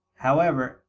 however,